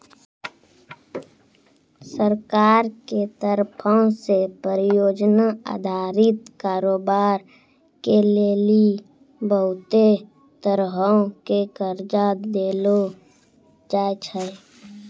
सरकार के तरफो से परियोजना अधारित कारोबार के लेली बहुते तरहो के कर्जा देलो जाय छै